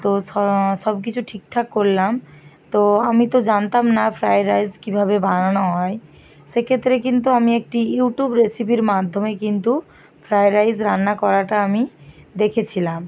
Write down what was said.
তো সবকিছু ঠিকঠাক করলাম তো আমি তো জানতাম না ফ্রায়েড রাইস কীভাবে বানানো হয় সেক্ষেত্রে কিন্তু আমি একটি ইউটিউব রেসিপির মাধ্যমে কিন্তু ফ্রায়েড রাইস রান্না করাটা আমি দেখেছিলাম